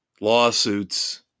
Lawsuits